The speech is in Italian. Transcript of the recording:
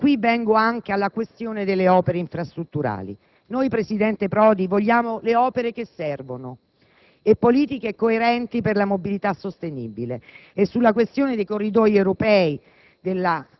Passando alla questione delle opere infrastrutturali, noi, presidente Prodi, vogliamo le opere che servono e politiche coerenti per la mobilità sostenibile. Sulla questione dei Corridoi europei